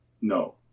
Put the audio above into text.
No